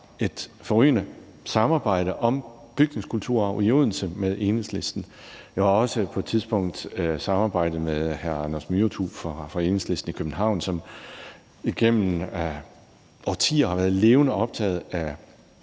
et forrygende samarbejde om bygningskulturarv i Odense med Enhedslisten. Jeg har også på et tidspunkt samarbejdet med hr. Anders Myrthu fra Enhedslisten i København, som igennem årtier har været levende optaget af